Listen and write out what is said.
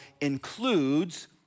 includes